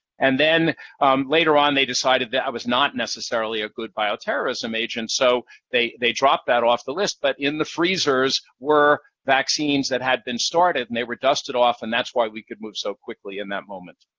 and later later on, they decided that was not necessarily a good bioterrorism agent, so they they dropped that off the list. but in the freezers were vaccines that had been started, and they were dusted off, and that's why we could move so quickly in that moment.